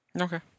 Okay